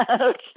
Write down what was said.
Okay